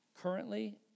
Currently